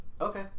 okay